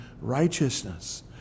righteousness